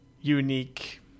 unique